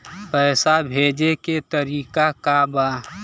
पैसा भेजे के तरीका का बा?